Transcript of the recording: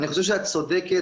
אני חושב שאת צודקת.